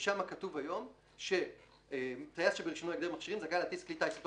שם כתוב היום ש"טיס ברישיונו הגדר מכשירים זכאי להטיס כלי טיס אותו